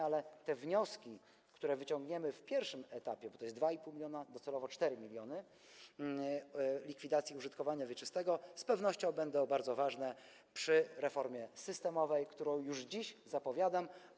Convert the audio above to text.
Ale te wnioski, które wyciągniemy w pierwszym etapie, bo to jest 2,5 mln, docelowo 4 mln przypadków likwidacji użytkowania wieczystego, z pewnością będą bardzo ważne przy reformie systemowej, którą już dziś zapowiadam.